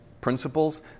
principles